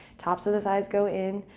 tops of the thighs go in.